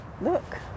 look